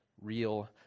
real